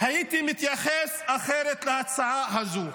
הייתי מתייחס אחרת להצעה הזו.